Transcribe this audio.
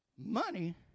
money